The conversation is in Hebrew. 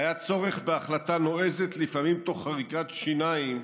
"היה צורך בהחלטה נועזת, לפעמים תוך חריקת שיניים,